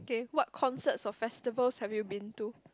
what concerts or festivals have you been to